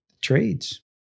trades